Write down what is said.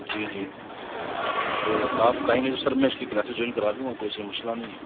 جی جی تو آپ کہیں گے تو سر میں اس کی کلاسز جوائن کرا دوں گا کوئی ایسا مسئلہ نہیں ہے